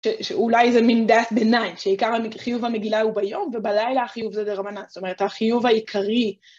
שאולי זה מין דת ביניים, שעיקר החיוב במגילה הוא ביום, ובלילה החיוב זה ברמת, זאת אומרת, החיוב העיקרי...